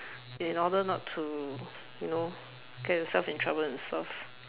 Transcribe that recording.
in order not to you know get yourself in trouble and stuff